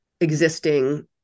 existing